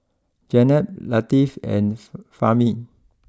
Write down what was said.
Jenab Latif and Fahmi